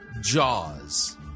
Jaws